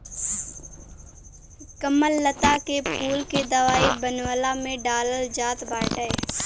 कमललता के फूल के दवाई बनवला में डालल जात बाटे